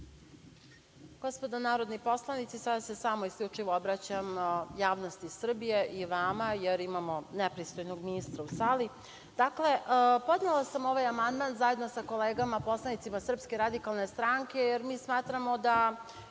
Gospodo narodni poslanici, sada se samo isključivo obraćam javnosti Srbije i vama, jer imamo nepristojnog ministra u sali. Dakle, podnela sam ovaj amandman, zajedno sa kolegama poslanicima SRS, jer mi smatramo da